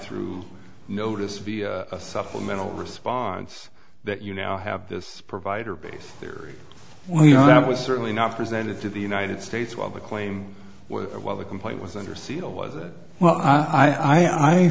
through notice via a supplemental response that you now have this provider base there we know that was certainly not presented to the united states while the claim while the complaint was under seal was that well i